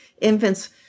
infants